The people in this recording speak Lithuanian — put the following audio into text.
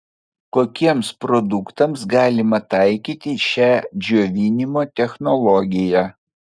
kokiems produktams galima taikyti šią džiovinimo technologiją